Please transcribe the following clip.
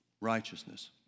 righteousness